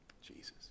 Jesus